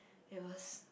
it was